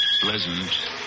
pleasant